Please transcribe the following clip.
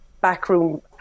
backroom